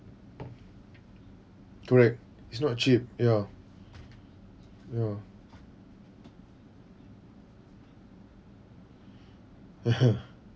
correct it's not cheap ya ya (uh huh)